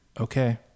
okay